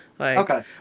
Okay